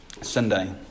Sunday